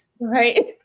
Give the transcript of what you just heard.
right